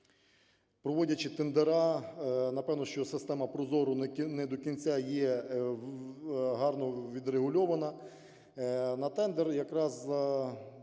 проводячи тендера, напевно, що система ProZorro не до кінця є гарно відрегульована,